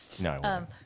No